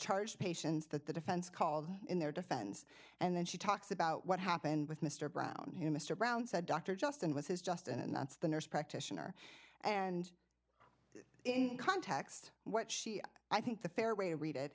charge patients that the defense called in their defense and then she talks about what happened with mr brown who mr brown said dr justin was his just and that's the nurse practitioner and in context what she i think the fair way to read it